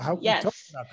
Yes